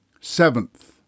Seventh